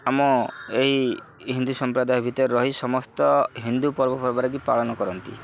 ଆମ ଏହି ହିନ୍ଦୁ ସମ୍ପ୍ରଦାୟ ଭିତରେ ରହି ସମସ୍ତ ହିନ୍ଦୁ ପର୍ବପର୍ବାଣୀକି ପାଳନ କରନ୍ତି